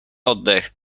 oddech